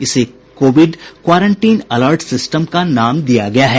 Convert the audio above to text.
इसे Covid quarantine alert system का नाम दिया गया है